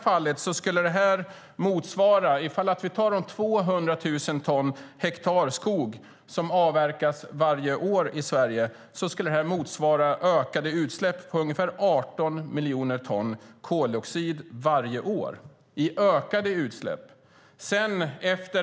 För de 200 000 ton hektar skog som avverkas varje år i Sverige motsvarar det ett ökat utsläpp med ungefär 18 miljoner ton koldioxid varje år. Efter